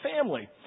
family